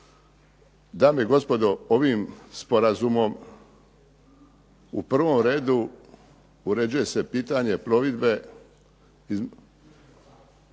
Dame i gospodo, ovim sporazumom u prvom redu uređuje se pitanje plovidbe brodova